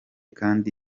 kandi